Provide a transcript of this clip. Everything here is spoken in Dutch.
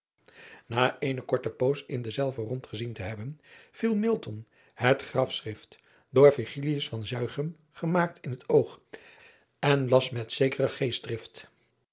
a eene korte poos in dezelve rondgezien te hebben viel het grafschrift door gemaakt in het oog en las met zekere geestdrift